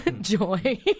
joy